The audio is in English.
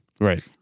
Right